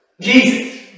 Jesus